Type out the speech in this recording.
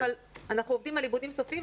אבל אנחנו עובדים על עיבודים סופיים,